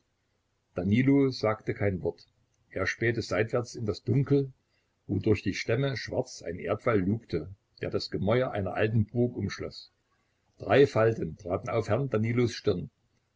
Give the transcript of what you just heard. danilo sagte kein wort er spähte seitwärts in das dunkel wo durch die stämme schwarz ein erdwall lugte der das gemäuer einer alten burg umschloß drei falten traten auf herrn danilos stirn